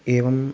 एवम्